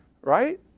right